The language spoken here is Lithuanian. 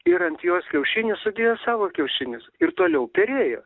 ir ant jos kiaušinius sudėjo savo kiaušinius ir toliau perėjo